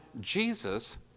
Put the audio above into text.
Jesus